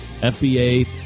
FBA